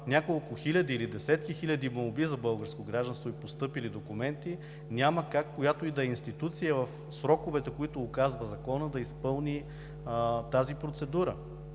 няколко хиляди или десетки хиляди молби за българско гражданство и постъпили документи, няма как, която и да е институция в сроковете, които указва Законът, да изпълни тази процедура.